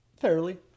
Fairly